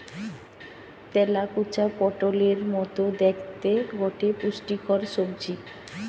তেলাকুচা পটোলের মতো দ্যাখতে গটে পুষ্টিকর সবজি